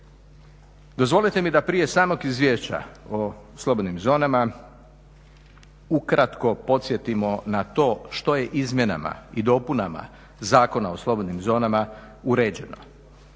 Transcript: Dozvolite mi da prije samog Izvješća o slobodnim zonama ukratko podsjetimo na to što je izmjenama i dopunama Zakona o slobodnim zonama uređeno.